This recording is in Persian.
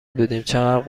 بودیم، چقد